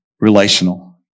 relational